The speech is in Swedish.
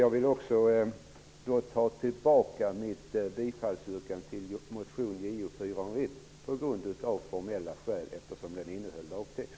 Jag vill också ta tillbaka mitt yrkande om bifall till motion Jo401, detta av formella skäl, eftersom motionen innehåller lagtext.